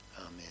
Amen